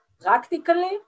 practically